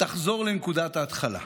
תחזור לנקודת ההתחלה.